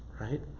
Right